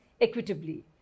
equitably